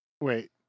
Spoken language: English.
Wait